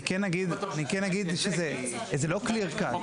אני כן אגיד שזה לא קליר קט.